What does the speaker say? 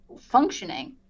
functioning